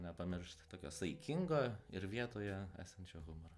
nepamiršt tokio saikingo ir vietoje esančio humoro